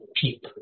PEEP